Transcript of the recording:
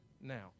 now